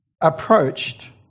approached